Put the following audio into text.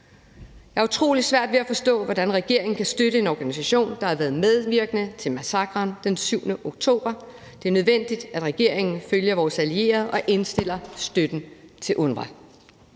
Jeg har utrolig svært ved at forstå, hvordan regeringen kan støtte en organisation, der har været medvirkende til massakren den 7. oktober. Det er nødvendigt, at regeringen følger vores allierede og indstiller støtten til UNRWA.